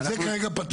אז את זה כרגע פתרנו.